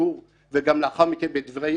גור וגם לאחר מכן, בדברי